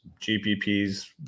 GPPs